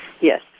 Yes